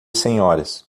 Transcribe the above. senhoras